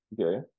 Okay